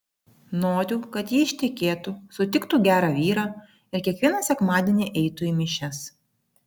noriu kad ji ištekėtų sutiktų gerą vyrą ir kiekvieną sekmadienį eitų į mišias